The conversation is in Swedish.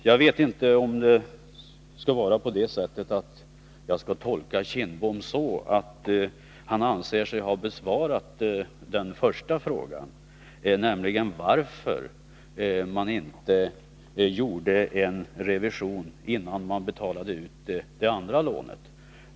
Jag vet inte om jag skall tolka Bengt Kindbom så att han anser sig ha besvarat den första frågan, nämligen varför man inte gjorde en revision innan man betalade ut det andra lånet.